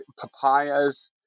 papayas